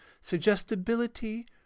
suggestibility